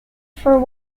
for